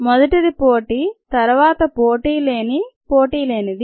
మొదటిది పోటీ తరువాత పోటీలేని పోటీ లేని ది